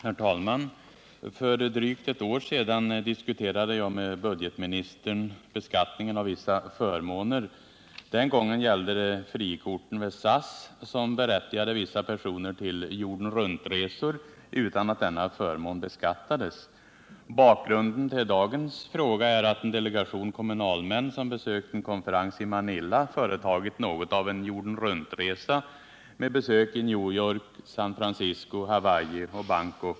Herr talman! För drygt ett år sedan diskuterade jag med budgetministern beskattningen av vissa förmåner. Den gången gällde det frikorten vid SAS som berättigade vissa personer till jorden-runt-resor utan att denna förmån beskattades. Bakgrunden till dagens fråga är att en delegation kommunalmän som besökte en konferens i Manila företagit något av en jorden-runt-resa med besök i New York, San Francisco, Hawaii och Bangkok.